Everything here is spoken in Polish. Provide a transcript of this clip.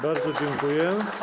Bardzo dziękuję.